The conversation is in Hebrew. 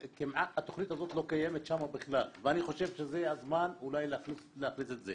התוכנית הזאת לא קיימת שם בכלל ואני חושב שזה הזמן אולי להכניס את זה